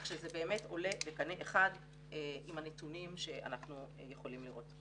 כך שזה באמת עולה בקנה אחד עם הנתונים שאנחנו יכולים לראות.